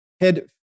head